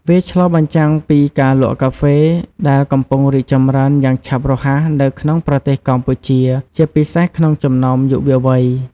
វាឆ្លុះបញ្ចាំងពី ការលក់កាហ្វេ ដែលកំពុងរីកចម្រើនយ៉ាងឆាប់រហ័សនៅក្នុងប្រទេសកម្ពុជា ជាពិសេសក្នុងចំណោមយុវវ័យ។